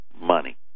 money